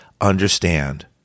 understand